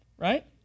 right